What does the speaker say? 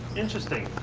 interesting.